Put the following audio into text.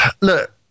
Look